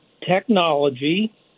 Technology